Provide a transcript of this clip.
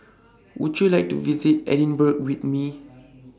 Would YOU like to visit Edinburgh with Me